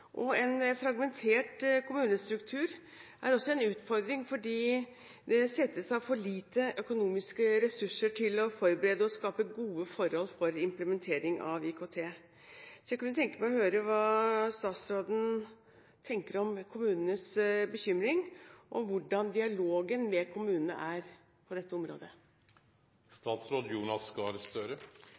for. En fragmentert kommunestruktur er også en utfordring, fordi det settes av for lite økonomiske ressurser til å forberede og skape gode forhold for implementering av IKT. Jeg kunne tenke meg å høre hva statsråden tenker om kommunenes bekymring, og hvordan dialogen med kommunene er på dette